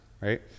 right